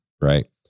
right